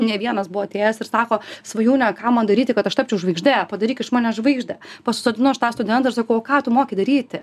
ne vienas buvo atėjęs ir sako svajūne ką man daryti kad aš tapčiau žvaigžde padaryk iš manęs žvaigždę pasisodinu aš tą studeną ir sakau o ką tu moki daryti